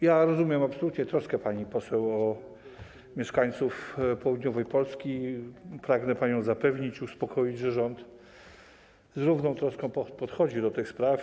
Ja absolutnie rozumiem troskę pani poseł o mieszkańców południowej Polski i pragnę panią zapewnić i uspokoić, że rząd z równą troską podchodzi do tych spraw.